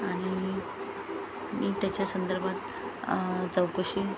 आणि मी त्याच्या संदर्भात चौकशी